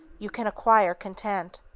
you can acquire content,